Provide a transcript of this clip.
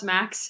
Max